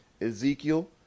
Ezekiel